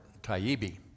Taibbi